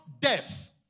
death